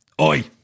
Oi